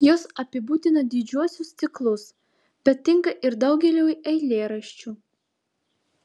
jos apibūdina didžiuosius ciklus bet tinka ir daugeliui eilėraščių